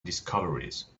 discoveries